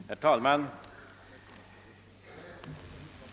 Herr talman!